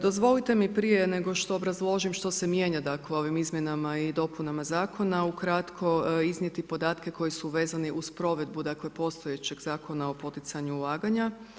Dozvolite mi prije nego što obrazložim što se mijenja, dakle ovim izmjenama i dopunama zakona, ukratko iznijeti podatke koji su vezani uz provedbu, dakle postojećeg Zakona o poticanju ulaganja.